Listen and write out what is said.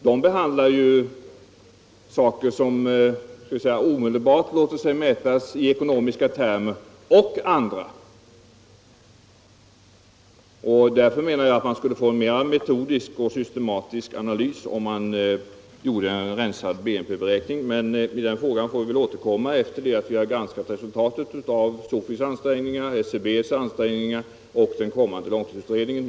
De behandlar saker som inte omedelbart låter sig mätas i ekonomiska termer men även andra. Jag menar att man skulle få en mera metodisk och systematisk analys, om man gjorde en rensad BNP-beräkning, men till den frågan får vi väl återkomma efter det att vi har granskat resultatet av SOFI:s och SCB:s ansträngningar och av långtidsutredningen.